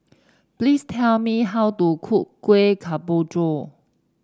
please tell me how to cook Kueh Kemboja